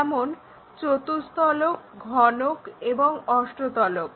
যেমন চতুস্তলক ঘনক এবং অষ্টতলক